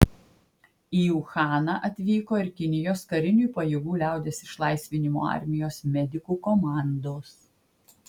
į uhaną atvyko ir kinijos karinių pajėgų liaudies išlaisvinimo armijos medikų komandos